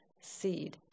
seed